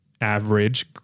average